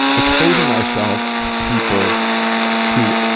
exposing ourself to people who,